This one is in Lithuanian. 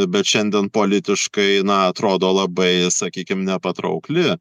bet šiandien politiškai na atrodo labai sakykim nepatraukli